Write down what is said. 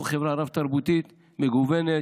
אנחנו חברה רב-תרבותית, מגוונת,